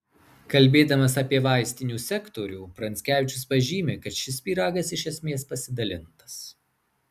kalbėdamas apie vaistinių sektorių pranckevičius pažymi kad šis pyragas iš esmės pasidalintas